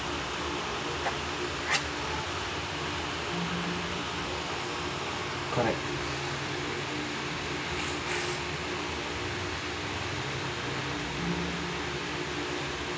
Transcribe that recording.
correct